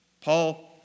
Paul